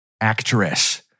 actress